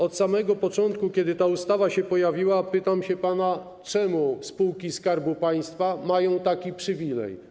Od samego początku, od kiedy ta ustawa się pojawiła, pytam pana, czemu spółki Skarbu Państwa mają taki przywilej.